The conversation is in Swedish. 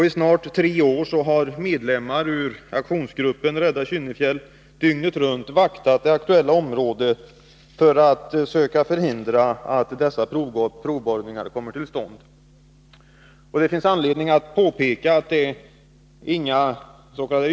I snart tre år har medlemmar ur ”Aktionsgruppen Rädda Kynnefjäll” dygnet runt vaktat det aktuella området för att söka förhindra att provborrningar kommer till stånd. Det finns anledning påpeka att det inte är någras.k.